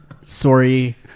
sorry